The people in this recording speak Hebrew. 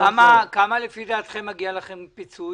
כמה פיצוי מגיע לכם לפי דעתכם?